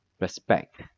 respect